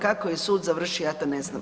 Kako je sud završio ja to ne znam.